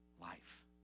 life